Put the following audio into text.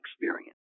experience